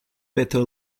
better